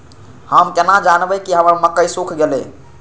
हम केना जानबे की हमर मक्के सुख गले?